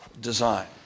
design